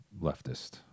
leftist